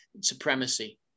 supremacy